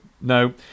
no